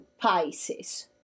Pisces